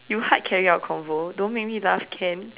you hard carry your convo don't make me laugh can